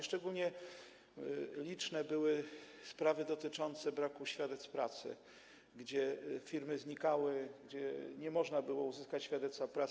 Szczególnie liczne były sprawy dotyczące braku świadectw pracy, gdzie firmy znikały, gdzie nie można było uzyskać świadectwa pracy.